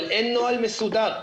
אבל אין נוהל מסודר.